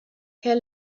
herr